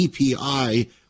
EPI